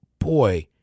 boy